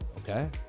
Okay